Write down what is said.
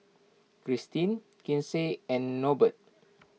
Kristine Kinsey and Norbert